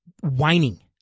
Whining